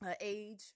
age